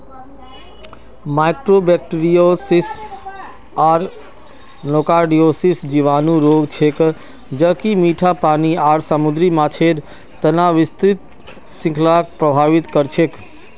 mycobacteriosis आर nocardiosis जीवाणु रोग छेक ज कि मीठा पानी आर समुद्री माछेर तना विस्तृत श्रृंखलाक प्रभावित कर छेक